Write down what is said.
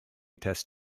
test